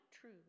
true